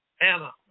Anna